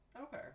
Okay